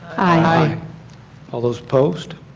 aye all those opposed?